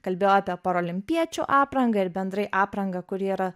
kalbėjau apie parolimpiečių aprangą ir bendrai aprangą kuri yra